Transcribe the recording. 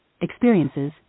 experiences